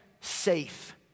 safe